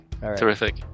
Terrific